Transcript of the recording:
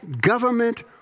government